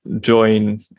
join